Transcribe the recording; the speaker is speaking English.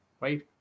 right